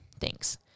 Thanks